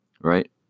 right